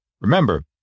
Remember